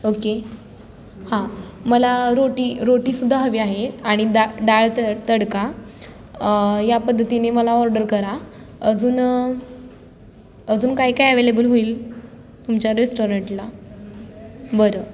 okay हां मला रोटी रोटीसुद्धा हवी आहे आनि दा डाळ तड तडका या पद्धतीने मला ऑर्डर करा अजून अजून काय काय अवेलेबल होईल तुमच्या रेस्टॉरंटला बरं